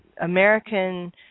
American